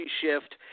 shift